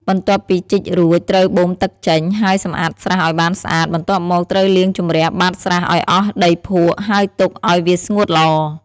បន្ទាប់ពីជីករួច ត្រូវបូមទឹកចេញ ហើយសម្អាតស្រះឲ្យបានស្អាត បន្ទាប់មកត្រូវលាងជម្រះបាតស្រះឲ្យអស់ដីភក់ ហើយទុកឲ្យវាស្ងួតល្អ។